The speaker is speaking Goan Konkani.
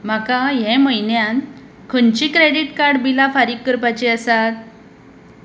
म्हाका हें म्हयन्यान खंयची क्रेडीट कार्ड बिलां फारीक करपाची आसात